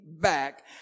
back